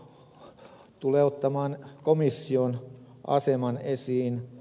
soini tulee ottamaan komission aseman esiin